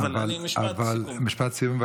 משפט סיכום.